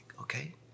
okay